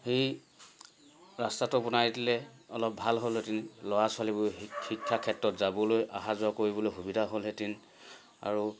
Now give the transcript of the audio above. সেই ৰাস্তাটো বনাই দিলে অলপ ভাল হ'লহেঁতেন ল'ৰা ছোৱালীবোৰ শিক্ষা ক্ষেত্ৰত যাবলৈ অহা যোৱা কৰিবলৈ সুবিধা হ'লহেঁতেন আৰু